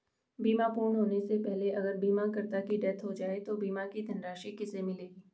बीमा पूर्ण होने से पहले अगर बीमा करता की डेथ हो जाए तो बीमा की धनराशि किसे मिलेगी?